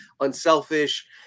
unselfish